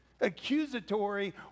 accusatory